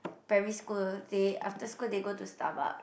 primary school say after school they go to Starbuck